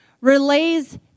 relays